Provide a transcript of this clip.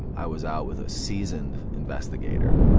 and i was out with a seasoned investigator.